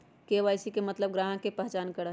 KYC के मतलब ग्राहक का पहचान करहई?